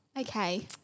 okay